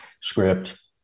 script